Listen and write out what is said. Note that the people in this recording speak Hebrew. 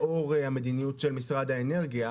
לאור המדיניות של משרד האנרגיה,